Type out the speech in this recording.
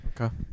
Okay